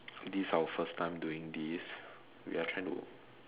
this is our first time doing this we are trying to